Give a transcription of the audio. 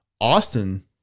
Austin